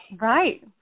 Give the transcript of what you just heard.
Right